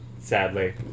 Sadly